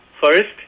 First